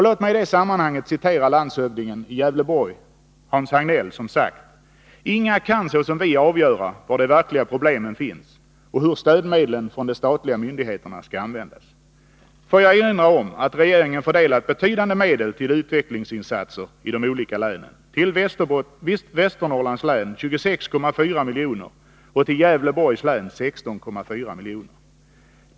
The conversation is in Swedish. Låt mig i det sammanhanget citera landshövdingen i Gävleborgs län, Hans Hagnell, som har sagt: ”Inga kan såsom vi avgöra var de verkliga problemen finns och hur stödmedlen från de statliga myndigheterna skall användas.” Får jag erinra om att regeringen har fördelat betydande medel till utvecklingsinsatser i de olika länen, till Västernorrlands län 26,4 milj.kr. och till Gävleborgs län 16,4 milj.kr.